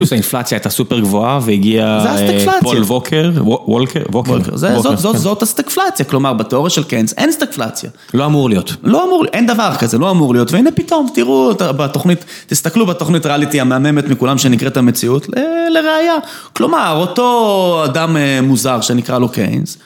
שהאינפלציה הייתה סופר גבוהה והגיע פול ווקר, וולקר, זאת הסטקפלציה, כלומר בתיאוריה של קיינס אין סטקפלציה. לא אמור להיות. לא אמור, אין דבר כזה, לא אמור להיות, והנה פתאום, תראו בתוכנית, תסתכלו בתוכנית ריאליטי המהממת מכולם שנקראת המציאות, לראיה, כלומר אותו אדם מוזר שנקרא לו קיינס.